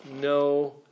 no